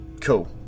cool